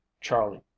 Charlie